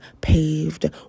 paved